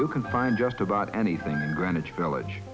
you can find just about anything greenwich village